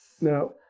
Now